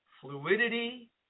fluidity